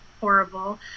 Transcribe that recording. horrible